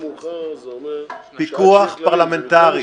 פיקוח פרלמנטרי.